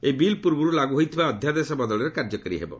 ଏହି ବିଲ୍ ପୂର୍ବରୁ ଲାଗୁ ହୋଇଥିବା ଅଧ୍ୟାଦେଶ ବଦଳରେ କାର୍ଯ୍ୟକାରୀ କରାଯିବ